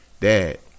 dad